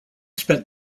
spent